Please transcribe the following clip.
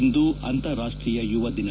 ಇಂದು ಅಂತಾರಾಷ್ಟ್ರೀಯ ಯುವದಿನ